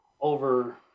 over